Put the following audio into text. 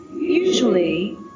usually